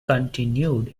continued